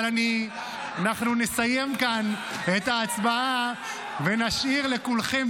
אבל אנחנו נסיים כאן את ההצבעה ונשאיר לכולכם